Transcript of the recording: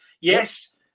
yes